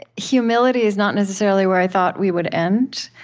humility is not necessarily where i thought we would end,